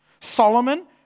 Solomon